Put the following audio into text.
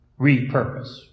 repurpose